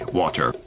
water